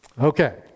Okay